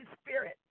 Spirit